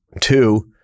Two